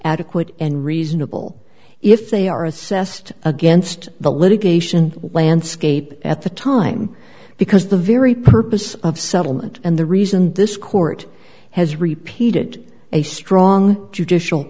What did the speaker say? adequate and reasonable if they are assessed against the litigation landscape at the time because the very purpose of settlement and the reason this court has repeated a strong judicial